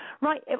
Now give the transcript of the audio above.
Right